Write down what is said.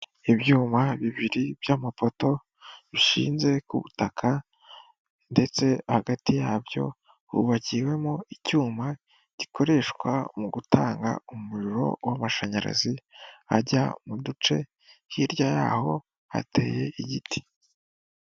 Ibyuma bibiri by'amapoto bishinze ku butaka, ndetse hagati yabyo hubakiwemo icyuma gikoreshwa mu gutanga umuriro w'amashanyarazi ajya mu duce hirya yaho hateye igiti.